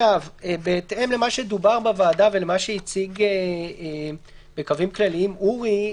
בהתאם למה שדובר בוועדה ומה שהציג בקווים כלליים אורי,